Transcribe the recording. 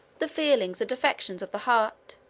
the feelings and affections of the heart,